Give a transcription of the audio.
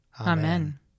Amen